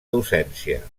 docència